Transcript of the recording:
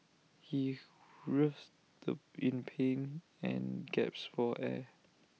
he writhed the in pain and gasped for air